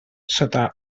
sota